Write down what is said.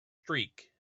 streak